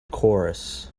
chorus